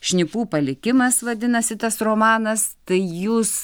šnipų palikimas vadinasi tas romanas tai jūs